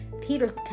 Peter